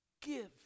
give